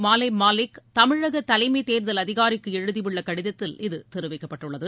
மாலே மாலிக் தமிழக தலைமைத் தேர்தல் அதிகாரிக்கு எழுதியுள்ள கடிதத்தில் இது தெரிவிக்கப்பட்டுள்ளது